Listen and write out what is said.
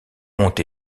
ont